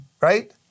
right